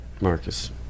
Marcus